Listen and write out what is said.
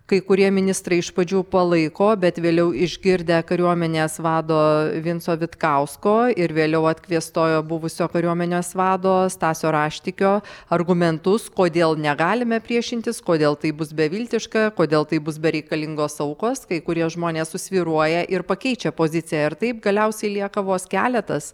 kai kurie ministrai iš pradžių palaiko bet vėliau išgirdę kariuomenės vado vinco vitkausko ir vėliau atkviestojo buvusio kariuomenės vado stasio raštikio argumentus kodėl negalime priešintis kodėl tai bus beviltiška kodėl tai bus bereikalingos aukos kai kurie žmonės susvyruoja ir pakeičia poziciją ir taip galiausiai lieka vos keletas